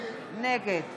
נגד